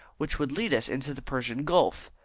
which would lead us into the persian gulf.